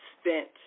spent